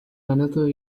another